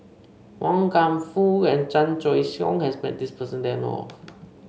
Wan Kam Fook and Chan Choy Siong has met this person that I know of